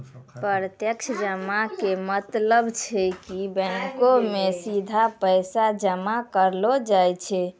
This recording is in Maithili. प्रत्यक्ष जमा के मतलब छै कि बैंको मे सीधा पैसा जमा करलो जाय छै